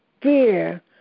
fear